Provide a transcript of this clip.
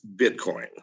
Bitcoin